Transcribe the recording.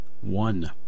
One